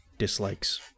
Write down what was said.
Dislikes